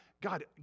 God